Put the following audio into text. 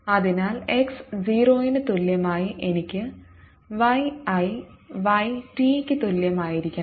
അതിനാൽ x 0 ന് തുല്യമായി എനിക്ക് y i y t യ്ക്ക് തുല്യമായിരിക്കണം